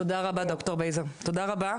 תודה רבה.